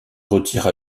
retire